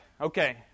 Okay